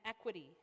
equity